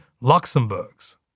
Luxembourg's